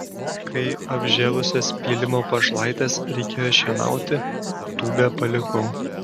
kai apžėlusias pylimo pašlaites reikėjo šienauti tūbę palikau